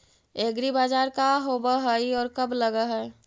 एग्रीबाजार का होब हइ और कब लग है?